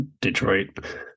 Detroit